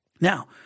Now